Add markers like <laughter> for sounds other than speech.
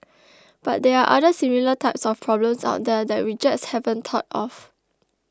<noise> but there are other similar type of problems out there that we just haven't thought of